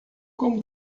como